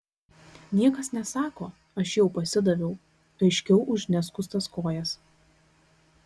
niekas nesako aš jau pasidaviau aiškiau už neskustas kojas